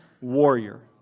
warrior